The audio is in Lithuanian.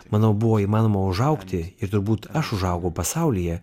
manau buvo įmanoma užaugti ir turbūt aš užaugau pasaulyje